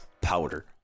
powder